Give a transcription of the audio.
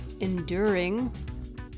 enduring